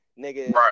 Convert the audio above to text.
nigga